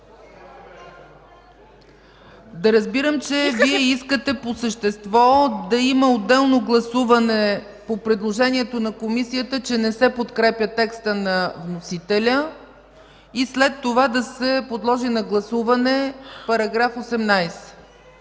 Да разбирам, че Вие искате по същество да има отделно гласуване по предложението на Комисията, че не се подкрепя текстът на вносителя и след това да се подложи на гласуване § 18?